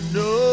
no